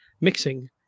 mixing